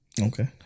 Okay